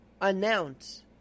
announce